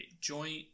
joint